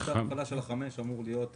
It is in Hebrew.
משטר הפעלה של החמש אמור להיות רציף.